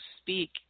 speak